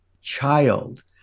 child